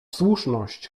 słuszność